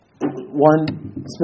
one